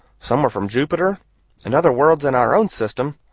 some were from jupiter and other worlds in our own system,